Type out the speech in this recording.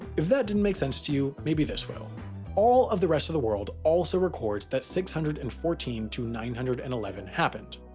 if that didn't make sense to you, maybe this will all of the rest of the world also records that six hundred and fourteen to nine hundred and eleven happened.